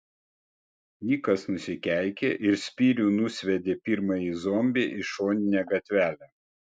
nikas nusikeikė ir spyriu nusviedė pirmąjį zombį į šoninę gatvelę